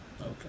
Okay